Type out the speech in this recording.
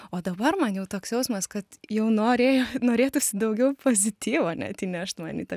o dabar man jau toks jausmas kad jau norėjo norėtųsi daugiau pozityvo net įnešt man į tą